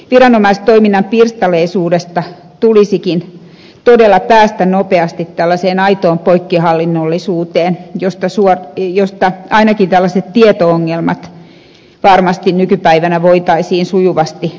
viranomaistoiminnan pirstaleisuudesta tulisikin todella päästä nopeasti tällaiseen aitoon poikkihallinnollisuuteen josta ainakin tällaiset tieto ongelmat varmasti nykypäivänä voitaisiin sujuvasti poistaa